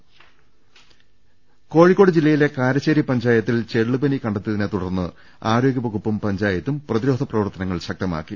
രദ്ദേഷ്ടങ കോഴിക്കോട് ജില്ലയിലെ കാരശേരി പഞ്ചായത്തിൽ ചെള്ളുപനി കണ്ടെ ത്തിയതിനെ തുടർന്ന് ആരോഗൃവകുപ്പും പഞ്ചായത്തും പ്രതിരോധ പ്രവർത്ത നങ്ങൾ ശക്തമാക്കി